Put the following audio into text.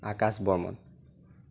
Akash Barman